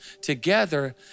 Together